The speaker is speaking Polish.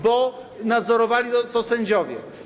bo nadzorowali to sędziowie.